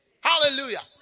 hallelujah